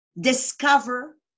discover